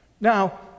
now